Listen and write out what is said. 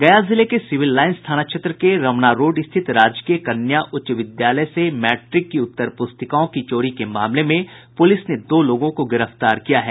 गया जिले के सिविल लाइंस थाना क्षेत्र के रमना रोड स्थित राजकीय कन्या उच्च विद्यालय से मैट्रिक उत्तर पुस्तिकाओं की चोरी के मामले में पुलिस ने दो लोगों को गिरफ्तार किया है